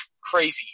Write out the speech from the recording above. crazy